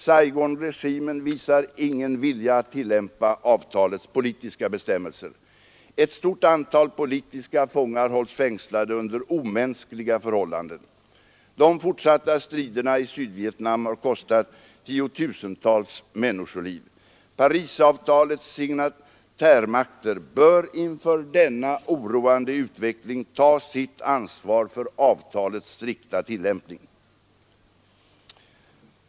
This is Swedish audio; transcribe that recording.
Saigonregimen visar ingen vilja att tillämpa avtalets politiska bestämmelser. Ett stort antal politiska fångar hålls fängslade under omänskliga förhållanden. De fortsatta striderna i Sydvietnam har kostat tiotusentals människoliv. Parisavtalets signatärmakter bör inför denna oroande utveckling ta sitt ansvar för avtalets strikta tillämpning.